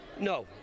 No